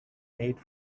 made